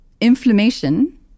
inflammation